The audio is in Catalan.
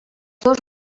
dos